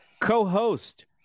co-host